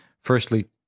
firstly